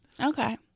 Okay